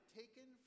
taken